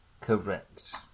Correct